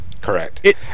Correct